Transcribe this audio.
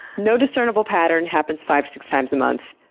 no discernible pattern. happens five, six times a month.